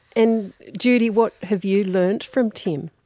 and judy, what have you learnt from tim?